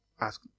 ask